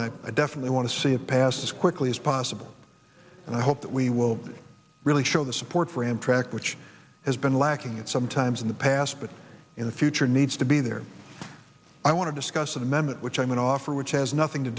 and i definitely want to see a pass as quickly as possible and i hope that we will really show the support for amtrak which has been lacking at some times in the past but in the future needs to be there i want to discuss a memo which i might offer which has nothing to